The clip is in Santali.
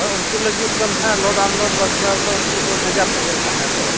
ᱦᱳᱭ ᱩᱱᱠᱩ ᱞᱟᱹᱜᱤᱫ ᱫᱚ ᱱᱟᱦᱟᱜ ᱞᱳᱰ ᱟᱱᱞᱳᱰ ᱵᱟᱠᱷᱟᱨᱟ ᱫᱚ ᱵᱷᱮᱜᱟᱨ ᱛᱮᱜᱮ ᱦᱟᱜ ᱟᱠᱚ